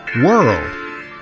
world